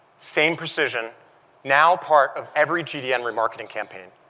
same precision now part of every gdn remarketing campaign.